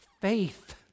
faith